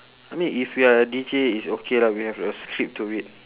I mean if you are a deejay it's okay lah we have a script to read